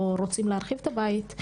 או רוצים להחריב את הבית,